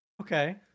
Okay